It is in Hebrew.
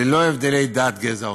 ללא הבדלי דת, גזע ומין.